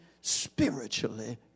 spiritually